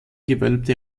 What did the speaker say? gewölbte